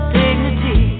dignity